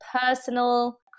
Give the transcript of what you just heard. personal